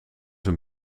een